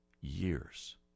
years